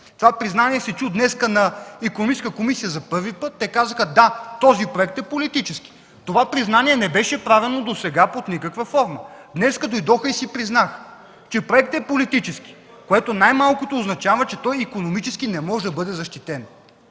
Това признание се чу днес на Икономическата комисия за първи път. Те казаха: „Да, този проект е политически.” Това признание не беше правено досега под никаква форма. Днес дойдоха и си признаха, че проектът е политически, което най-малкото означава, че той икономически не може да бъде защитен.